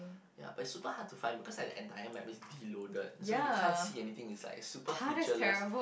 ya but is super hard to find because like the entire map is deloaded so you can't see anything is like super featureless